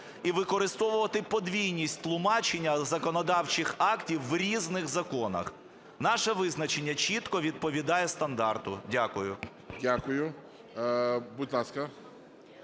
і використовувати подвійність тлумачення законодавчих актів в різних законах. Наше визначення чітко відповідає стандарту. Дякую. ГОЛОВУЮЧИЙ. Дякую. Будь ласка.